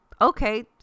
Okay